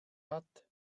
hat